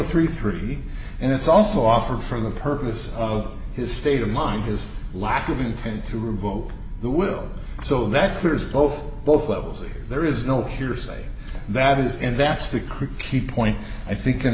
thirty three and it's also offered for the purpose of his state of mind his lack of intent to revoke the will so that clears both both levels there is no hearsay that is and that's the creepy point i think in